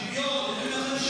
שוויון.